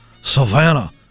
savannah